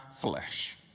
flesh